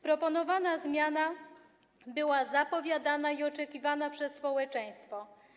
Proponowana zmiana była zapowiadana i oczekiwana przez społeczeństwo.